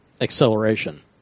acceleration